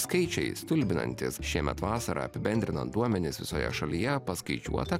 skaičiai stulbinantys šiemet vasarą apibendrinant duomenis visoje šalyje paskaičiuota